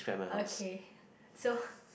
okay so